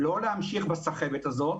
לא להמשיך בסחבת הזאת,